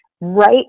right